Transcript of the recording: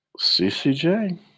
CCJ